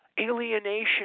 Alienation